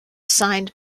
signed